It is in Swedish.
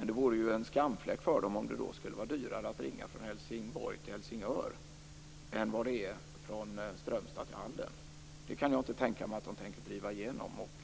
Det vore en skamfläck för de svenska operatörerna om det då skulle vara dyrare att ringa från Helsingborg till Helsingör än vad det är att ringa från Strömstad till Halden. Jag kan inte tänka mig att de tänker driva igenom det.